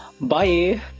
Bye